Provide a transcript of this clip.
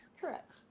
Correct